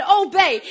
obey